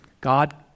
God